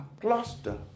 cluster